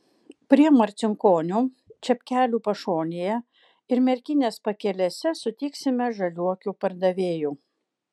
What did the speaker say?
prie marcinkonių čepkelių pašonėje ir merkinės pakelėse sutiksime žaliuokių pardavėjų